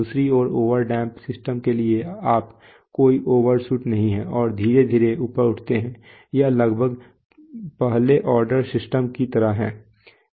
दूसरी ओर overdamped system के लिए आप कोई ओवरशूट नहीं है और धीरे धीरे ऊपर उठते हैं यह लगभग पहले ऑर्डर सिस्टम की तरह है